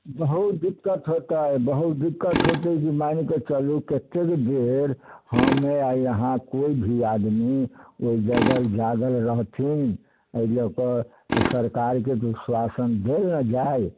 बहुत दिक्कत हेतै बहुत दिक्कत हेतै के ई मानिकऽ चलू कतेक बेर हम या अहाँ कोइ भी आदमी ओहि जगह जागल रहथिन एहि लऽ कऽ तऽ सरकारके आश्वासन देल ने जाइ